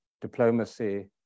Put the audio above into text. diplomacy